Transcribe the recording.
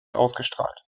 ausgestrahlt